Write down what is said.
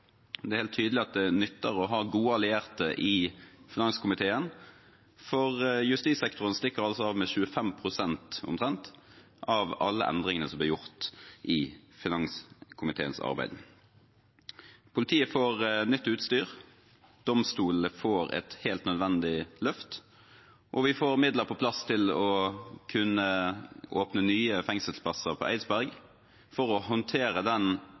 Det er helt tydelig at det nytter å ha gode allierte i finanskomiteen, for justissektoren stikker av med omtrent 25 pst. av alle endringene som ble gjort i finanskomiteens arbeid. Politiet får nytt utstyr. Domstolene får et helt nødvendig løft, og vi får midler på plass til å kunne åpne nye fengselsplasser på Eidsberg for å håndtere den